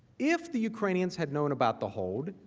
if the ukrainians had known about the hold,